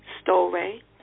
story